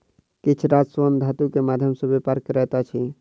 किछ राष्ट्र स्वर्ण धातु के माध्यम सॅ व्यापार करैत अछि